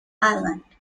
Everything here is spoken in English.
island